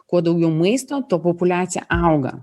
kuo daugiau maisto tuo populiacija auga